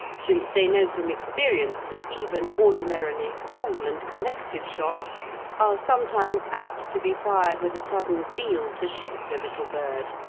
since they know from experience that even ordinarily cool and collected shots are sometimes apt to be fired with a sudden zeal to shoot the little bird,